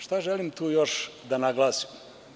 Šta želim još tu da naglasim?